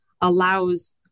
allows